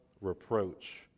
reproach